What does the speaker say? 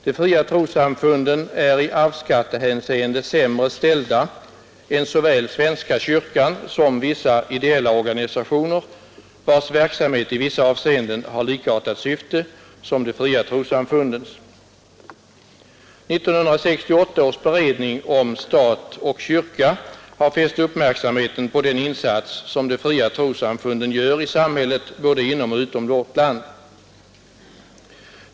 De fria trossamfunden är i arvsskattehänseende sämre ställda än såväl svenska kyrkan som en del ideella organisationer, vilkas verksamhet i vissa avseenden har likartat syfte som de fria trossamfunden. 1968 års beredning om stat och kyrka har fäst uppmärksamheten på den insats som de fria trossamfunden gör i samhället både inom och utom vårt land.